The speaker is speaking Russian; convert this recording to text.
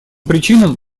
причинам